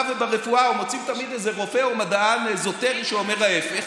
וברפואה או מוצאים תמיד איזה רופא או מדען אזוטרי שאומר ההפך.